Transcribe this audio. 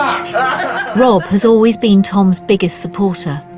rob has always been tom's biggest supporter.